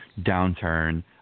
downturn